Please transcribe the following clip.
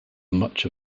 much